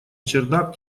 чердак